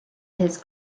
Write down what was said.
his